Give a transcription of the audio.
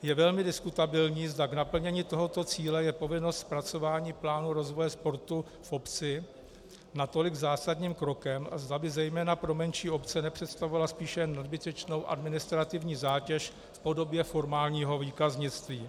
Je velmi diskutabilní, zda k naplnění tohoto cíle je povinnost zpracování plánu rozvoje sportu v obci natolik zásadním krokem a zda by zejména pro menší obce nepředstavovala spíše nadbytečnou administrativní zátěž v podobě formálního výkaznictví.